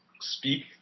speak